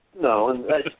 no